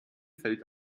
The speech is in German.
fällt